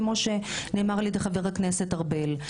כמו שנאמר על ידי חבר הכנסת ארבל.